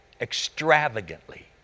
extravagantly